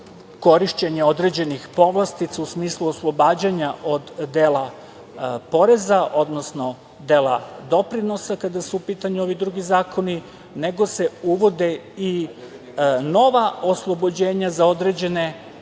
korišćenje određenih povlastica u smislu oslobađanja od dela poreza, odnosno dela doprinosa kada su u pitanju ovi drugi zakoni, nego se uvode i nova oslobođenja za određene